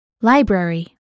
Library